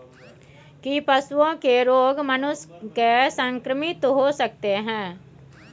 की पशुओं के रोग मनुष्य के संक्रमित होय सकते है?